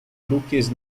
truques